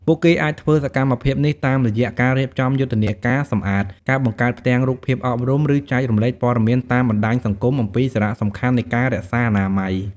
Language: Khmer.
ពួកគេអាចធ្វើសកម្មភាពនេះតាមរយៈការរៀបចំយុទ្ធនាការសម្អាត, ការបង្កើតផ្ទាំងរូបភាពអប់រំ ឬចែករំលែកព័ត៌មានតាមបណ្ដាញសង្គមអំពីសារៈសំខាន់នៃការរក្សាអនាម័យ។